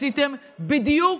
עשיתם בדיוק,